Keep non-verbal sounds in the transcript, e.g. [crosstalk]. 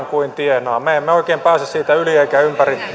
[unintelligible] kuin tienaa me emme oikein pääse siitä yli emmekä ympäri